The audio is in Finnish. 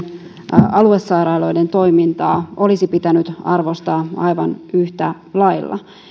aluesairaaloiden toimintaa olisi pitänyt arvostaa aivan yhtä lailla